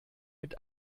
mit